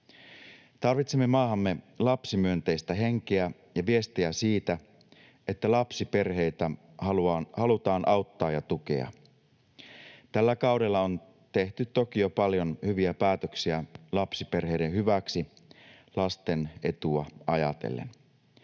Tarvitsemme maahamme lapsimyönteistä henkeä ja viestejä siitä, että lapsiperheitä halutaan auttaa ja tukea. Tällä kaudella on tehty toki jo paljon hyviä päätöksiä lapsiperheiden hyväksi lasten etua ajatellen.